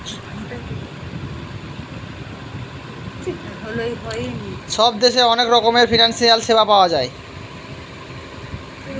সব দেশে অনেক রকমের ফিনান্সিয়াল সেবা পাওয়া যায়